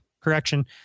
correction